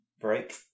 Break